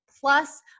plus